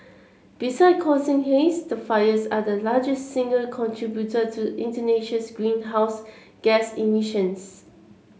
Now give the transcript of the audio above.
beside causing haze the fires are the largest single contributor to Indonesia's greenhouse gas emissions